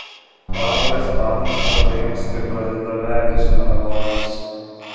paauglės panos labai anksti pradeda veidus maliavotis